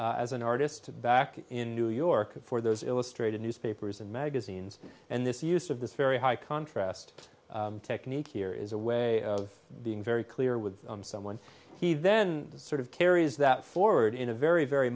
work as an artist back in new york for those illustrated newspapers and magazines and this use of this very high contrast technique here is a way of being very clear with someone he then sort of carries that forward in a very very